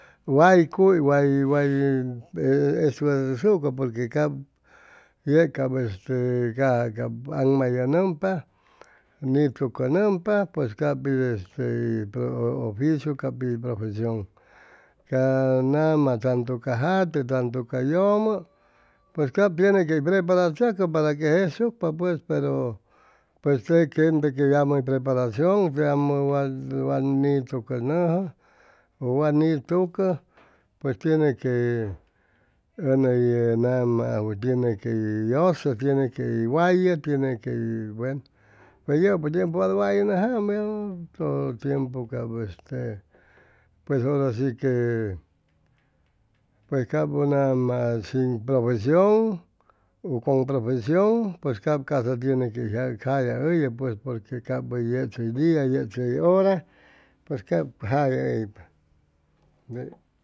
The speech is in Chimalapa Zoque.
Way cuy way way estudichʉcsucʉ porque cap yeg cap este e caja aŋmayʉnʉmpa nitucʉnʉmpa pues cap pit este oficiu capi hʉy profesion ca nama tantu ca jate tantu ca yʉmʉ pues cap tiene quey preparachʉcʉ para que jejsucpa pues pero pues teg gente que yamʉ hʉy poreparacion yamʉ wat nichʉcʉnʉjʉ ʉ wa nitucʉ pues tiene que ʉn hʉy nama ajwʉ tiene quey yʉsʉ tiene quey wayʉ tiene que buenu pues yʉpʉ tiempu wat wayʉnʉjaam todo tiempu cap este pues hora si que cap nama sin profesion u con profesion pues cap ca'sa tiene que yag jaya hʉyʉ pues porque cap hʉy yechʉ hʉy dia hʉy yechʉ hʉy hora pues cap jalla hʉypa